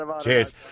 Cheers